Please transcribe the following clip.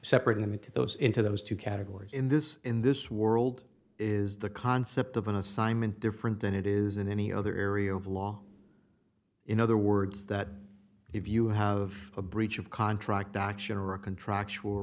separating them into those into those two categories in this in this world is the concept of an assignment different than it is in any other area of law in other words that if you have a breach of contract